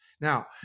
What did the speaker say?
Now